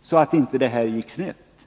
så att det inte skulle gå snett.